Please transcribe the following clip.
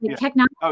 technology